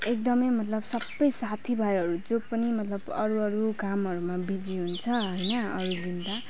एकदमै मतलब सबै साथीभाइहरू जो पनि मतलब अरू अरूको कामहरूमा बिजी हुन्छ होइन अरू दिन त